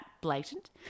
blatant